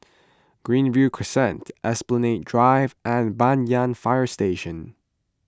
Greenview Crescent Esplanade Drive and Banyan Fire Station